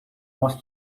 loss